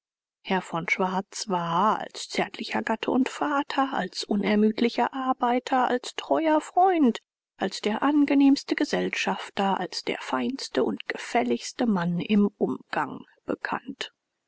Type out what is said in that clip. herr von schwarz war als zärtlicher gatte und vater als unermüdlicher arbeiter als treuer freund als der angenehmste gesellschafter als der feinste und gefälligste mann im umgang bekannt